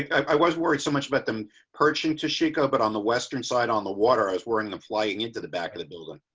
i was worried so much about them purchasing to shake up but on the western side on the water as we're in the flying into the back of the building.